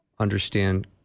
understand